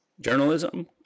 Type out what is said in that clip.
Journalism